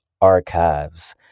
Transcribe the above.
Archives